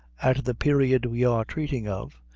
at the period we are treating of,